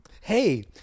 Hey